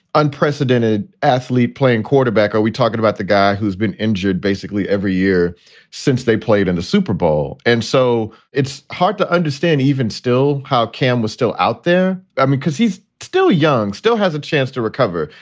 unprecedented athlete playing quarterback or are we talking about the guy who's been injured basically basically every year since they played in the super bowl? and so it's hard to understand even still how cam was still out there. i mean, because he's still young, still has a chance to recover.